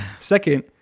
second